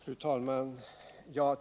Fru talman!